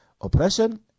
oppression